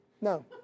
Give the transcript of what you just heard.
No